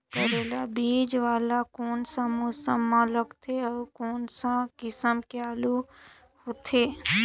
करेला बीजा वाला कोन सा मौसम म लगथे अउ कोन सा किसम के आलू हर होथे?